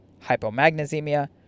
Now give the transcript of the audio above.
hypomagnesemia